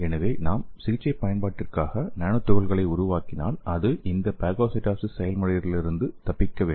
எனவே நாம் சிகிச்சை பயன்பாட்டிற்காக நானோ துகள்களை உருவாக்கினால் அது இந்த பாகோசைட்டோசிஸ் செயல்முறையிலிருந்து தப்பிக்க வேண்டும்